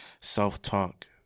self-talk